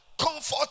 Comfort